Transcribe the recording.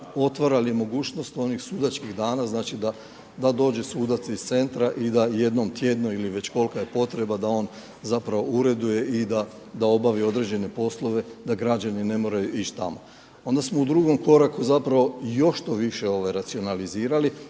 otvarali mogućnost onih sudačkih dana da dođe sudac iz centra i da jednom tjedno ili već kolika je potreba da on ureduje i da obavi određene poslove, da građani ne moraju ići tamo. Onda smo u drugom koraku još to više racionalizirali